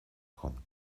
kommt